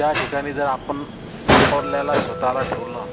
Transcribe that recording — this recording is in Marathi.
त्या ठिकाणी जर आपण आपल्याला स्वतःला ठेवलं